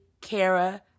Kara